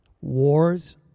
Wars